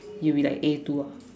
you'll be like A two ah